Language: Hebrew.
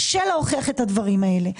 קשה להוכיח את הדברים הללו.